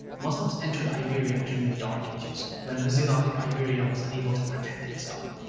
muslims entered iberia during the dark ages when visigothic iberia was unable to protect itself.